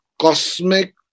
cosmic